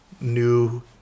new